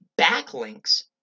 backlinks